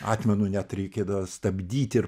atmenu net reikėdavo stabdyt ir